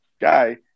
guy